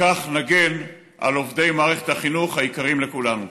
ובכך נגן על עובדי מערכת החינוך, היקרים לכולנו.